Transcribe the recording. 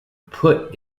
put